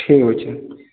ଠିକ୍ ଅଛି